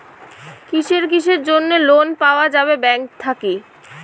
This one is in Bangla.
কিসের কিসের জন্যে লোন পাওয়া যাবে ব্যাংক থাকি?